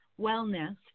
Wellness